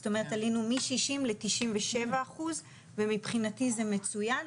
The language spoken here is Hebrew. זאת אומרת עלינו מ-60% ל-97% ומבחינתי זה מצוין.